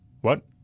What